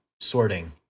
sorting